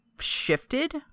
shifted